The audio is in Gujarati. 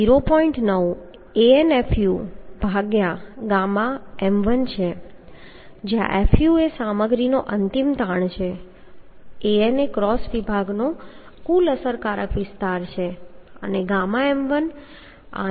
9Anfu ɣm1 છે જ્યાં fu એ સામગ્રીનો અંતિમ તાણ છે અને An એ ક્રોસ વિભાગનો કુલ અસરકારક વિસ્તાર છે અને ગામા m1 આંશિક સલામતી પરિબળ છે